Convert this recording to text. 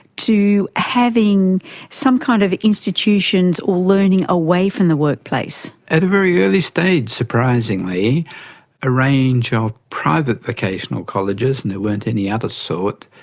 to having some kind of institutions or learning away from the workplace? at a very early stage surprisingly a range ah of private vocational colleges, and there weren't any other sort,